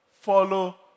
follow